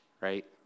right